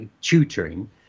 tutoring